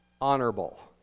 honorable